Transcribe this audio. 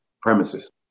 premises